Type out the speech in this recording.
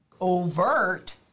overt